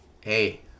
hey